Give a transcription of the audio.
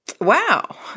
wow